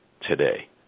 today